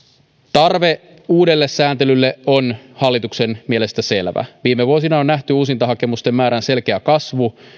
tarve uudelle sääntelylle on hallituksen mielestä selvä viime vuosina on nähty uusintahakemusten määrän selkeä kasvu